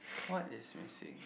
what is missing